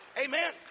Amen